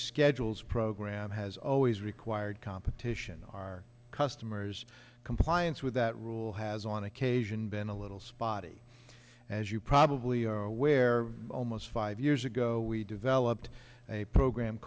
schedules program has always required competition our customers compliance with that rule has on occasion been a little spotty as you probably are aware almost five years ago we developed a program